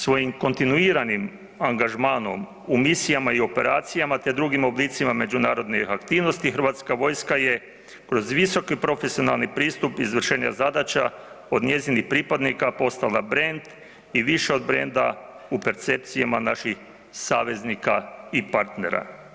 Svojim kontinuiranim angažmanom u Misijama i Operacijama te drugim oblicima međunarodnih aktivnosti Hrvatska vojska je kroz visoki profesionalni pristup izvršenja zadaća od njezinih pripadnika postala brend i više od brenda u percepcijama naših saveznika i partnera.